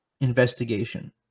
Investigation